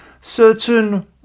certain